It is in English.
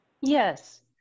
Yes